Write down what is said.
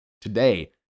today